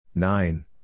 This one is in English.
nine